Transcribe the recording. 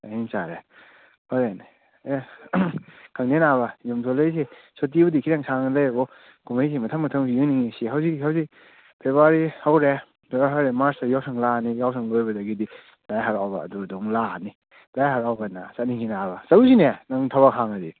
ꯆꯥꯛ ꯏꯁꯤꯡ ꯆꯥꯔꯦ ꯐꯔꯦꯅꯦ ꯑꯦ ꯈꯪꯗꯦ ꯅꯥꯕ ꯌꯨꯝ ꯊꯣꯛꯂꯛꯏꯁꯦ ꯁꯨꯇꯤꯕꯨꯗꯤ ꯈꯤꯇꯪ ꯁꯥꯡꯅ ꯂꯩꯌꯦꯕꯣ ꯀꯨꯝꯍꯩꯁꯤ ꯃꯊꯪ ꯃꯊꯪ ꯍꯧꯖꯤꯛ ꯌꯦꯡꯅꯤꯡꯉꯤꯁꯤ ꯍꯧꯖꯤꯛ ꯍꯧꯖꯤꯛ ꯐꯦꯕꯋꯥꯔꯤ ꯍꯧꯔꯦ ꯐꯦꯕꯋꯥꯔꯤ ꯍꯧꯔꯦ ꯃꯥꯔꯁꯇ ꯌꯥꯎꯁꯪ ꯂꯥꯛꯑꯅꯤ ꯌꯥꯎꯁꯪ ꯂꯣꯏꯕꯗꯒꯤꯗꯤ ꯂꯥꯏ ꯍꯔꯥꯎꯕ ꯑꯗꯨꯗꯨ ꯑꯃꯨꯛ ꯂꯥꯛꯑꯅꯤ ꯂꯥꯏ ꯍꯔꯥꯎꯕꯅ ꯆꯠꯅꯤꯡꯉꯤ ꯅꯕꯥ ꯆꯠꯂꯨꯁꯤꯅꯦ ꯅꯪ ꯊꯕꯛ ꯍꯥꯡꯉꯗꯤ